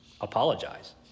apologize